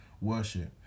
worship